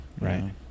Right